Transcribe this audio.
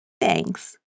Thanks